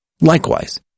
Likewise